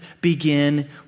begin